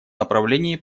направлении